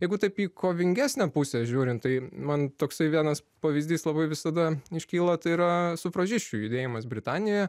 jeigu taip į kovingesnę pusę žiūrint tai man toksai vienas pavyzdys labai visada iškyla tai yra sufražisčių judėjimas britanijoje